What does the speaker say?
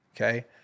okay